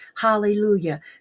hallelujah